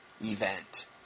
event